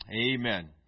Amen